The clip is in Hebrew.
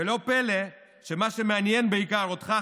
ולא פלא שמה שמעניין בעיקר אותך,